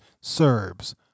Serbs